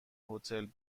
هتل